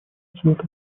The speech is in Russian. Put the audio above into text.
цвета